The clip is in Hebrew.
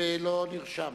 ולא נרשם.